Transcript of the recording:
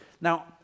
Now